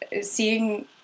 seeing